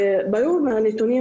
ברור מהנתונים